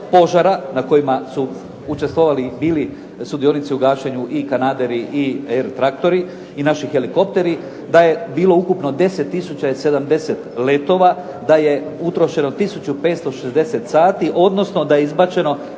na kojima su učestvovali i bili sudionici u gašenju i kanaderi i …/Govornik se ne razumije./… traktori i naši helikopteri, da je bilo ukupno 10 tisuća i 70 letova, da je utrošeno tisuću 560 sati, odnosno da je izbačeno